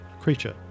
creature